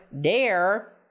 dare